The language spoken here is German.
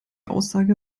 aussage